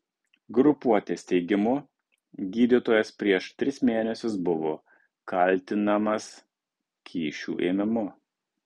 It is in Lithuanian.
grupuotės teigimu gydytojas prieš tris mėnesius buvo kaltinamas kyšių ėmimu